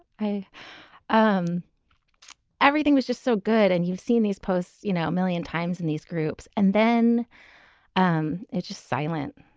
um everything was just so good. and you've seen these posts, you know, a million times in these groups. and then um it just silent.